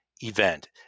event